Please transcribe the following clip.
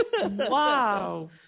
Wow